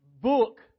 book